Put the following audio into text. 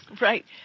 Right